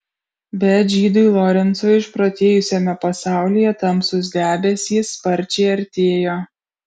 bet žydui lorencui išprotėjusiame pasaulyje tamsūs debesys sparčiai artėjo